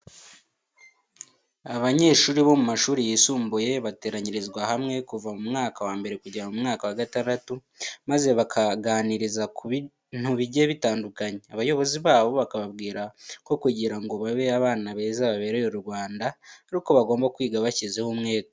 Abanyeshuri bo mu mashuri yisumbuye bateranyirizwa hamwe kuva mu mwaka wa mbere kugera mu mwaka wa gatandatu maze bakaganiriza ku bintu bigiye bitandukanye. Abayobozi babo bababwira ko kugira ngo babe abana beza babereye u Rwanda ari uko bagomba kwiga bashyizeho umwete.